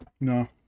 No